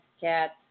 cats